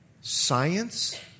science